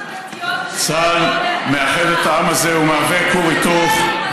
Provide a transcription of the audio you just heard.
צה"ל מאחד את העם הזה ומהווה כור היתוך,